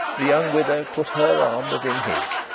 the young widow put her arm within his,